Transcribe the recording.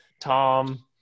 Tom